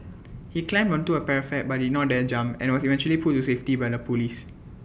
he climbed onto A parapet but did not dare jump and was eventually pulled to safety by the Police